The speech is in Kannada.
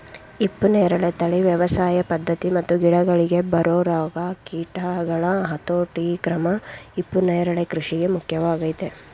ಹಿಪ್ಪುನೇರಳೆ ತಳಿ ವ್ಯವಸಾಯ ಪದ್ಧತಿ ಮತ್ತು ಗಿಡಗಳಿಗೆ ಬರೊ ರೋಗ ಕೀಟಗಳ ಹತೋಟಿಕ್ರಮ ಹಿಪ್ಪುನರಳೆ ಕೃಷಿಗೆ ಮುಖ್ಯವಾಗಯ್ತೆ